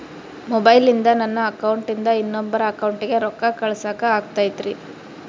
ಮೊಬೈಲಿಂದ ನನ್ನ ಅಕೌಂಟಿಂದ ಇನ್ನೊಬ್ಬರ ಅಕೌಂಟಿಗೆ ರೊಕ್ಕ ಕಳಸಾಕ ಆಗ್ತೈತ್ರಿ?